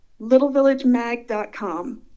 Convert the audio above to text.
Littlevillagemag.com